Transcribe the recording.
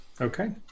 Okay